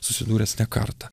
susidūręs ne kartą